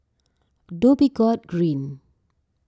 Dhoby Ghaut Green